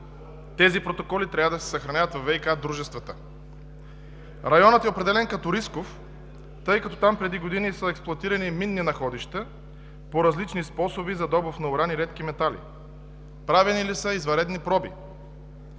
тези протоколи трябва да се съхраняват във ВиК дружествата. Районът е определен като рисков, тъй като там преди години са експлоатирани минни находища по различни способи за добив на уран и редки метали. Правени ли са извънредни проби?